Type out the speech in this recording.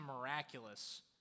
miraculous